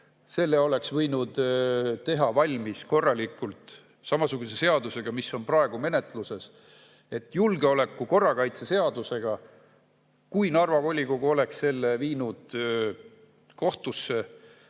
Selle oleks võinud teha korralikult samasuguse seadusega, mis on praegu menetluses: julgeoleku-, korrakaitseseadusega. Kui Narva volikogu oleks selle viinud kohtusse,